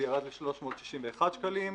זה ירד ל-361 שקלים.